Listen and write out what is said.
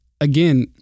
again